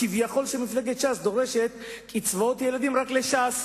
כביכול מפלגת ש"ס דורשת קצבאות ילדים רק לש"ס.